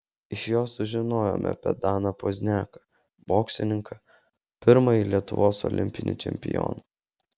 iš jo sužinojome apie daną pozniaką boksininką pirmąjį lietuvos olimpinį čempioną